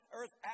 earth